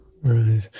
Right